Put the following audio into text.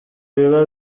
biba